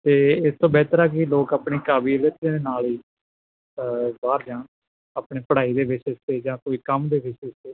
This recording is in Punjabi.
ਅਤੇ ਇਸ ਤੋਂ ਬਿਹਤਰ ਆ ਕਿ ਲੋਕ ਆਪਣੇ ਕਾਬਲੀਅਤ ਦੇ ਨਾਲ ਹੀ ਬਾਹਰ ਜਾਣਾ ਆਪਣੇ ਪੜਾਈ ਦੇ ਬੇਸਿਸ 'ਤੇ ਜਾਂ ਕੋਈ ਕੰਮ ਦੇ ਬੇਸਿਸ 'ਤੇ